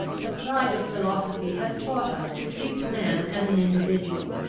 the pride of philosophy has taught us to treat man as an individual.